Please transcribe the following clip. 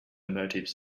motives